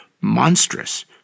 monstrous